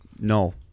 no